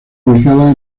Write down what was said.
ubicada